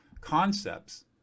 concepts